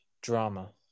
drama